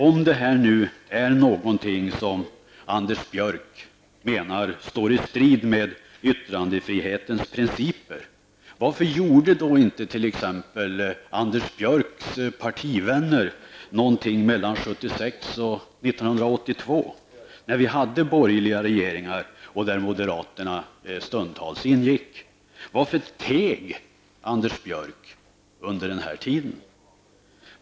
Om det nu är någonting som Anders Björck menar står i strid med yttrandefrihetens principer, varför gjorde då inte t.ex. Anders Björcks partivänner någonting mellan 1976 och 1982, när vi hade borgerliga regeringar där moderaterna stundtals ingick? Varför teg Anders Björck under den tiden?